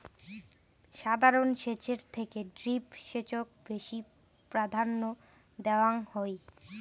সাধারণ সেচের থেকে ড্রিপ সেচক বেশি প্রাধান্য দেওয়াং হই